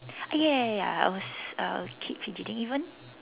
ya ya ya ya I was uh I keep fidgeting even